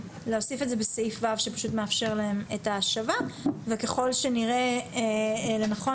שפשוט מאפשר להם את ההשבה וככל שנראה לנכון,